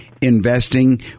investing